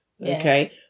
okay